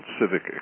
civic